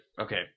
okay